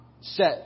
set